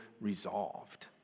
resolved